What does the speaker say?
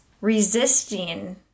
Resisting